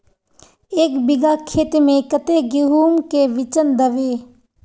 एक बिगहा खेत में कते गेहूम के बिचन दबे?